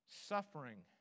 suffering